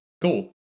cool